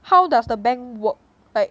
how does the bank work like